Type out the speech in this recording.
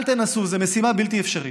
אל תנסו, זו משימה בלתי אפשרית.